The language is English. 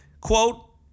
Quote